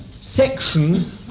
section